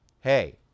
hey